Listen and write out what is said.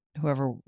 whoever